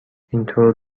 اینطور